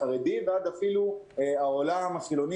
החרדי ועד אפילו העולם החילוני